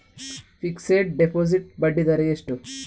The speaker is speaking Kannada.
ಫಿಕ್ಸೆಡ್ ಡೆಪೋಸಿಟ್ ಬಡ್ಡಿ ದರ ಎಷ್ಟು?